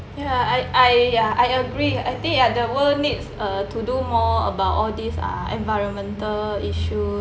ya I I ah I agree I think uh the world needs uh to do more about all these uh environmental issues